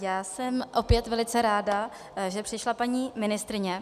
Já jsem opět velice ráda, že přišla paní ministryně.